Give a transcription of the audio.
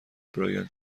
برایان